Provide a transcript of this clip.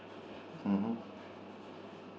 mm hmm